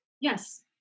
Yes